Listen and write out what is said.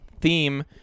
theme